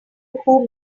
who